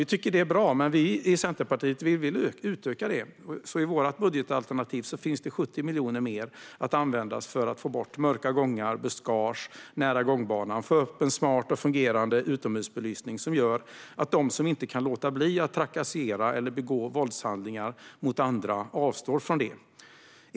Vi tycker att det är bra, men vi i Centerpartiet vill utöka det. I vårt budgetalternativ finns därför 70 miljoner mer att användas för att få bort mörka gångar och buskage nära gångbanor och för att få upp en smart och fungerande utomhusbelysning. Det här kan göra att de som inte kan låta bli att trakassera eller begå våldshandlingar mot andra avstår från detta.